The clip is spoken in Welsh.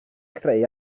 creu